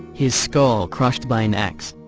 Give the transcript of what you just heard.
his skull crushed by an ax.